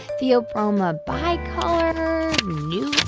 theobroma bicolor nope. oh,